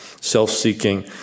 self-seeking